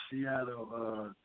Seattle